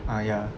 ah ya